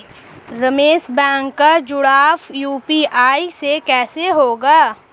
Ramesh bank का जुड़ाव UPI से कैसे होगा?